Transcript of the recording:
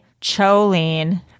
Choline